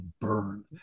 burn